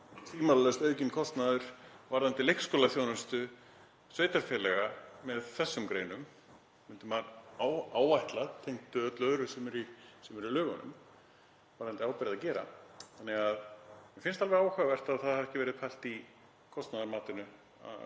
tvímælalaust aukinn kostnaður varðandi leikskólaþjónustu sveitarfélaga með þessum greinum, myndi maður áætla, tengt öllu öðru sem er í lögunum varðandi ábyrgð. Mér finnst alveg áhugavert að það hafi ekki verið pælt í kostnaðarmatinu